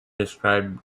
described